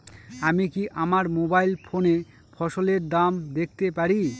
আমি কি আমার মোবাইল ফোনে ফসলের দাম দেখতে পারি?